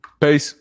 Peace